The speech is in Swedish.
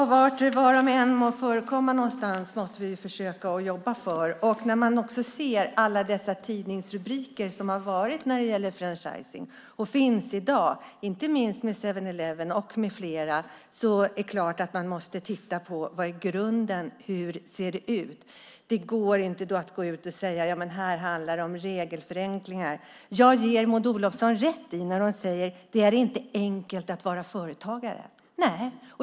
Herr talman! Var än avarterna förekommer måste vi jobba mot dem. Vi kan se alla dessa tidningsrubriker som har funnits om franchising. De har gällt inte minst 7-Eleven. Det är klart att vi måste titta på vad som är grunden för att det ser ut så. Då går det inte att säga att det handlar om regelförenklingar. Jag ger Maud Olofsson rätt när hon säger att det inte är enkelt att vara företagare.